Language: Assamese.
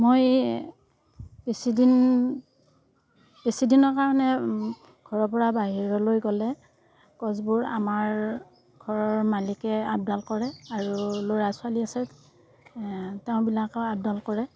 মই বেচি দিন বেচি দিনৰ কাৰণে ঘৰৰ পৰা বাহিৰলৈ গ'লে গছবোৰ আমাৰ ঘৰৰ মালিকে আপডাল কৰে আৰু ল'ৰা ছোৱালী আছে তেওঁ বিলাকেও আপডাল কৰে